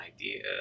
idea